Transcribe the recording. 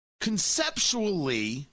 Conceptually